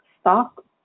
stock